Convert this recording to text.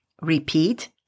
Repeat